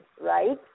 right